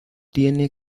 tiene